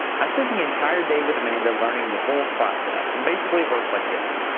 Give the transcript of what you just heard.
i spent the entire day with amanda learning the whole process and basically it works like this.